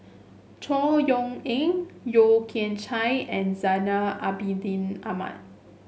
Chor Yeok Eng Yeo Kian Chai and Zainal Abidin Ahmad